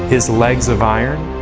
his legs of iron,